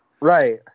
Right